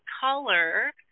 color